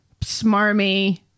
smarmy